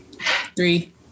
Three